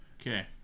Okay